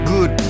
Good